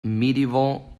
medieval